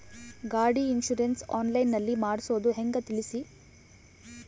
ಗಾಡಿ insurance online ನಲ್ಲಿ ಮಾಡ್ಸೋದು ಹೆಂಗ ತಿಳಿಸಿ?